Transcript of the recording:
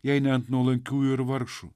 jei ne ant nuolankiųjų ir vargšų